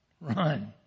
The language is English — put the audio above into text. run